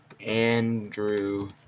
Andrew